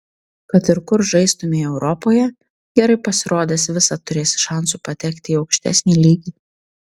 kad ir kur žaistumei europoje gerai pasirodęs visad turėsi šansų patekti į aukštesnį lygį